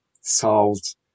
solved